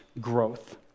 growth